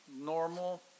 normal